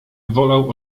wolał